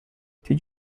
did